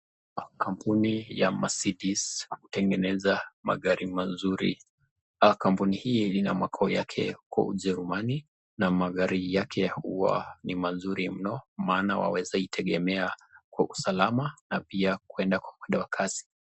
Kampuni ya mercedes ya kutengeneza magari mazuri kampuni hii lina makao yake kwa ujerumani, na magari yake huwa ni mazuri mno, maana waweza kutegemea kwa usalama na pia kwenda.